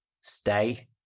stay